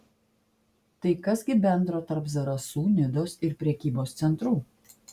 tai kas gi bendro tarp zarasų nidos ir prekybos centrų